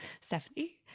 Stephanie